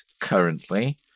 currently